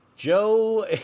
Joe